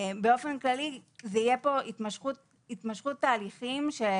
באופן כללי תהיה פה התמשכות תהליכים של